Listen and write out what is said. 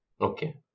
Okay